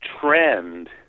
trend